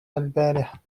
البارحة